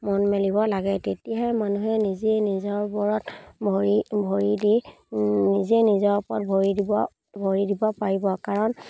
মন মেলিব লাগে তেতিয়াহে মানুহে নিজেই নিজৰ ওপৰত ভৰিত ভৰি দি নিজে নিজৰ ওপৰত ভৰি দিব ভৰি দিব পাৰিব কাৰণ